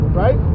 right